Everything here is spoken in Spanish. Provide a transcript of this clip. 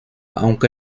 aunque